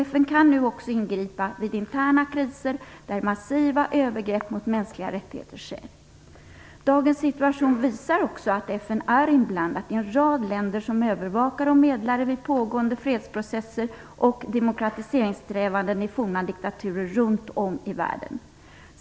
FN kan nu också ingripa vid interna kriser där massiva övergrepp mot mänskliga rättigheter sker. Dagens situation visar också att FN är inblandat i en rad länder som övervakare och medlare vid pågående fredsprocesser och demokratiseringssträvanden i tidigare diktaturer runt om i världen.